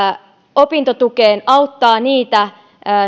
opintotukeen auttaa niitä